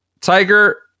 Tiger